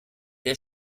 der